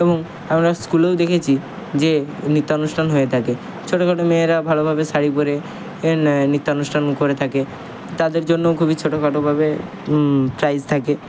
এবং আমরা স্কুলেও দেখেছি যে নৃত্য অনুষ্ঠান হয়ে থাকে ছোটো খাটো মেয়েরা ভালোভাবে শাড়ি পরে নৃত্য অনুষ্ঠান করে থাকে তাদের জন্য খুবই ছোটো খাটোভাবে প্রাইজ থাকে